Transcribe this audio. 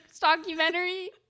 documentary